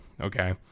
okay